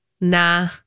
nah